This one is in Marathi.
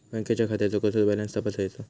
बँकेच्या खात्याचो कसो बॅलन्स तपासायचो?